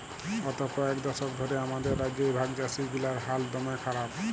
গত কয়েক দশক ধ্যরে আমাদের রাজ্যে ভাগচাষীগিলার হাল দম্যে খারাপ